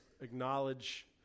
acknowledge